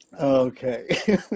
okay